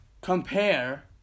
compare